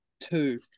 Two